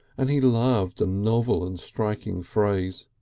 and he loved a novel and striking phrase.